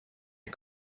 est